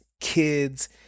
kids